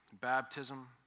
baptism